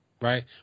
right